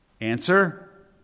answer